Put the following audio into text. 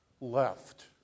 left